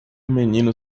menino